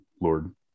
Lord